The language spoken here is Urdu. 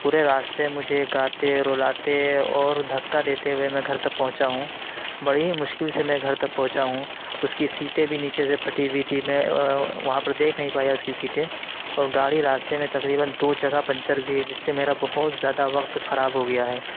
پورے راستے مجھے گاتے رلاتے اور دھکا دیتے ہوئے میں گھر تک پہنچا ہوں بڑی مشکل سے میں گھر تک پہنچا ہوں اس کی سیٹیں بھی نیچے سے پھٹی ہوئیں تھی میں وہاں پر دیکھ نہیں پایا اس کی سیٹیں اور گاڑی راستے میں تقریباََ دو جگہ پنچر ہوئی ہے جس سے میرا بہت زیادہ وقت خراب ہو گیا ہے